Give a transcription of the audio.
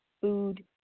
food